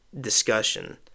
discussion